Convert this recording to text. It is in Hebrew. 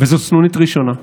וזאת סנונית ראשונה.